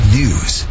news